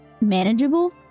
manageable